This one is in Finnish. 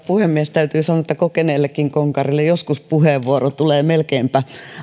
puhemies täytyy sanoa että kokeneellekin konkarille tulee joskus puheenvuoro melkeinpä